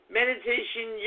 meditation